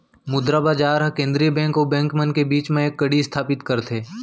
मुद्रा बजार ह केंद्रीय बेंक अउ बेंक मन के बीच म एक कड़ी इस्थापित करथे